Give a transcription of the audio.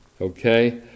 Okay